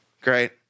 great